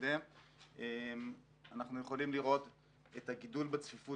אנחנו יכולים לראות את הגידול בצפיפות